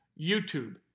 YouTube